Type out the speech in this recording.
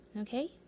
Okay